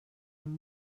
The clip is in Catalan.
amb